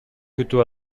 күтүп